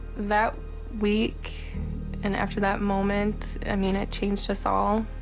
that week and after that moment, i mean it changed us all,